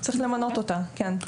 צריך למנות אותה כן.